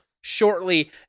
shortly